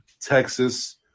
Texas